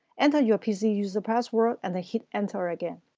enter your pc user password, and then hit enter again.